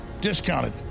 discounted